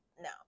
no